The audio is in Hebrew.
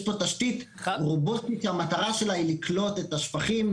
יש פה תשתית רובוטית שהמטרה שלה היא לקלוט את השפכים,